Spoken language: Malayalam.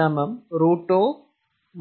നൽകും